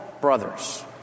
brothers